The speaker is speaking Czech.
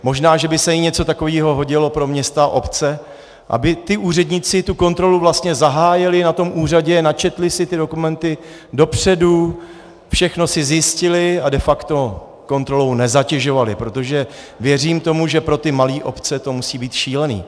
Možná že by se něco takového hodilo i pro města a obce, aby úředníci tu kontrolu vlastně zahájili na úřadě, načetli si ty dokumenty dopředu, všechno si zjistili a de facto kontrolou nezatěžovali, protože věřím tomu, že pro malé obce to musí být šílené.